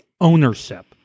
ownership